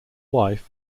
wife